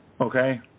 Okay